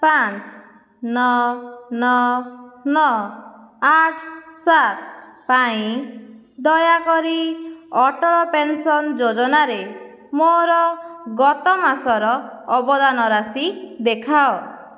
ପାଞ୍ଚ ନଅ ନଅ ନଅ ଆଠ ସାତ ପାଇଁ ଦୟାକରି ଅଟଳ ପେନ୍ସନ୍ ଯୋଜନାରେ ମୋର ଗତ ମାସର ଅବଦାନ ରାଶି ଦେଖାଅ